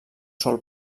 sol